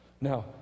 Now